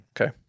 Okay